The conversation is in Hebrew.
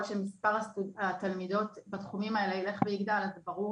שמספר התלמידות בתחומים האלה ילך ויגדל אז זה ברור